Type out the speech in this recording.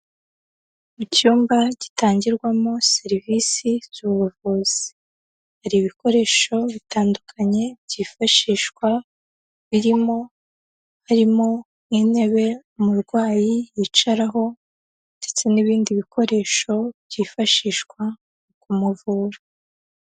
Mu cyumba gitangirwamo serivisi z' ubuvuzi. Hari ibikoresho bitandukanye byifashishwa, birimo harimo n' intebe umurwayi yicaraho, ndetse n'ibindi bikoresho byifashishwa mu kumuvura.